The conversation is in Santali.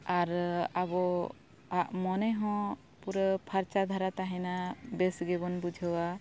ᱟᱨ ᱟᱵᱚᱣᱟᱜ ᱢᱚᱱᱮᱦᱚᱸ ᱯᱩᱨᱟᱹ ᱯᱷᱟᱨᱪᱟ ᱫᱷᱟᱨᱟ ᱛᱟᱦᱮᱱᱟ ᱵᱮᱥ ᱜᱮᱵᱚᱱ ᱵᱩᱡᱷᱟᱹᱣᱟ